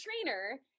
trainer